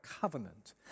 covenant